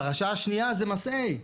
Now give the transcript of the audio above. הפרשה השנייה זה מסעי,